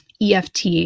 EFT